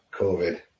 COVID